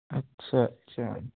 ਅੱਛਾ ਅੱਛਾ